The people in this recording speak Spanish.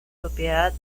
propiedad